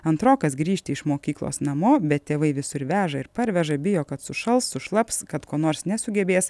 antrokas grįžti iš mokyklos namo bet tėvai visur veža ir parveža bijo kad sušals sušlaps kad ko nors nesugebės